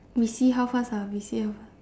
we see how first ah we see how